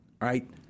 right